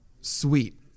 sweet